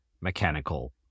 mechanical